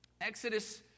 Exodus